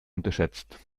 unterschätzt